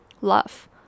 Love